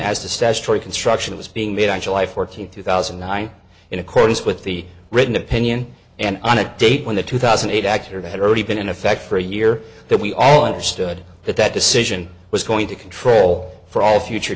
as to statutory construction was being made on july fourteenth two thousand and nine in accordance with the written opinion and on a date when the two thousand and eight act or better already been in effect for a year that we all understood that that decision was going to control for all future